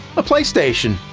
a playstation.